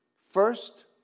First